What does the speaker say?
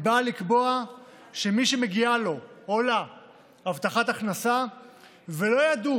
היא באה לקבוע שמי שמגיעה לו או לה הבטחת הכנסה ולא ידעו